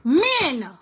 men